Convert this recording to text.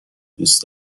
دوس